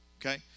okay